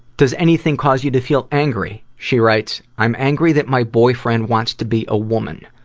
does anything cause you to feel angry? she writes, i'm angry that my boyfriend wants to be a woman.